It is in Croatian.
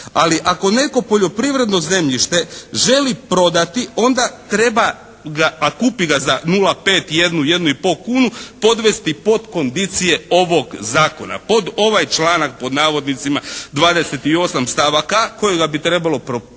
Ali ako neko poljoprivredno zemljište želi prodati, onda treba ga, a kupi ga za nula pet, jednu, jednu i pol kunu podvesti pod kondicije ovog zakona, pod ovaj članak pod navodnicima 28. stavak a) kojega bi trebalo prepisati